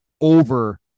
over